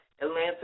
Atlanta